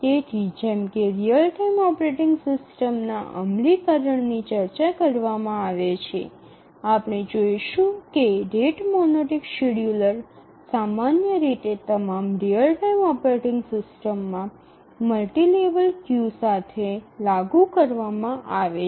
તેથી જેમ કે રીઅલ ટાઇમ ઓપરેટિંગ સિસ્ટમના અમલીકરણની ચર્ચા કરવામાં આવે છે આપણે જોઈશું કે રેટ મોનોટોનિક શેડ્યુલર સામાન્ય રીતે તમામ રીઅલ ટાઇમ ઓપરેટિંગ સિસ્ટમ્સમાં મલ્ટિ લેવલ ક્યૂ સાથે લાગુ કરવામાં આવે છે